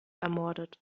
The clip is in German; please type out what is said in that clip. ermordet